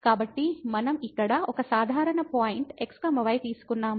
కాబట్టి మనం ఇక్కడ ఒక సాధారణ పాయింట్ x y తీసుకున్నాము